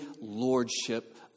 lordship